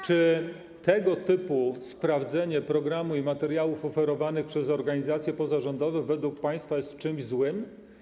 Czy tego typu sprawdzenie programu i materiałów oferowanych przez organizacje pozarządowe według państwa jest czymś złym?